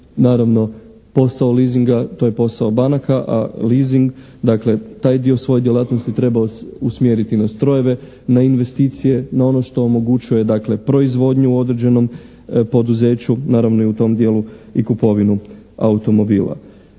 naravno posao leasinga, to je posao banaka, a leasing, dakle taj dio svoje djelatnosti treba usmjeriti na strojeve, na investicije, na ono što omogućuje dakle proizvodnju određenom poduzeću, naravno i u tom dijelu i kupovinu automobila.